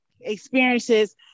experiences